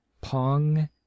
Pong